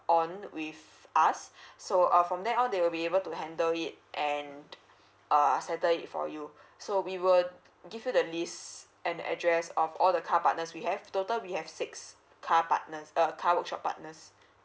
on with us so uh from that on they will be able to handle it and uh settle it for you so we will give you the list and the address of all the car partners we have total we have six car partners uh car workshop partners